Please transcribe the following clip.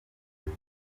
bihe